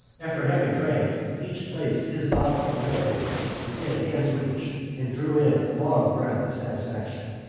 after having drunk each placed his bottle on the mantelpiece within hand's reach and drew in a long breath of satisfaction.